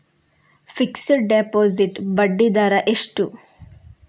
Fixed deposit ಬಡ್ಡಿ ದರ ಎಷ್ಟು?